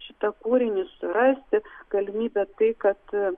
šitą kūrinį surasti galimybe tai kad